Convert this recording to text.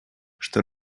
что